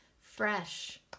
fresh